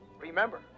Remember